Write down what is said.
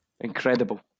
incredible